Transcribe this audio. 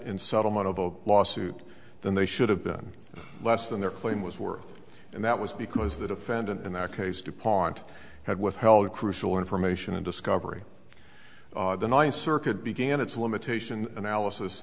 in settlement of a lawsuit than they should have been less than their claim was worth and that was because the defendant in that case dupont had withheld crucial information and discovery the ninth circuit began its limitation analysis